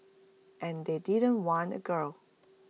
and they didn't want A girl